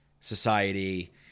society